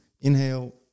inhale